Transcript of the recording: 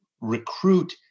recruit